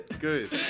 Good